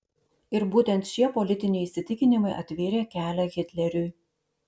ir būtent šie politiniai įsitikinimai atvėrė kelią hitleriui